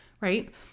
right